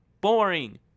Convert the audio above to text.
boring